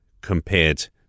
compared